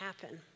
happen